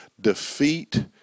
defeat